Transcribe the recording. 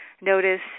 notice